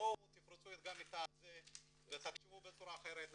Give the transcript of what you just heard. בואו תחשבו בצורה אחרת לגמרי.